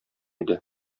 иде